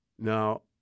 Now